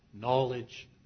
knowledge